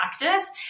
practice